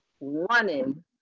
running